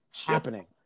happening